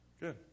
Good